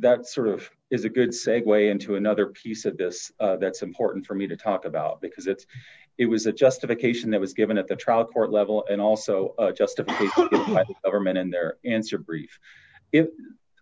that sort of is a good segue into another piece of this that's important for me to talk about because it's it was a justification that was given at the trial court level and also justified these are men and their answer brief if